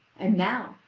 and now,